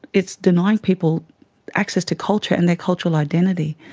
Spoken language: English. it's denying people access to culture and their cultural identity.